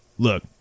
Look